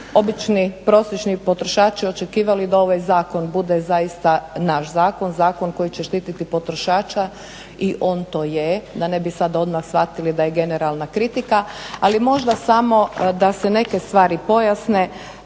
obični prosječni potrošači očekivali da ovaj zakon bude zaista naš zakon, zakon koji će štititi potrošača. I on to je, da ne bi sad odmah shvatili da je generalna kritika. Ali možda samo da se neke stvari pojasne,